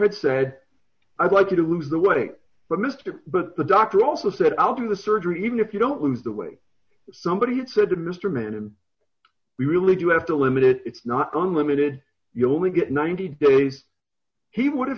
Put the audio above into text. had said i'd like you to lose the weight but mister but the doctor also said i'll do the surgery even if you don't lose the way somebody had said to mister mann and we really do have to limit it it's not unlimited you only get ninety days he would have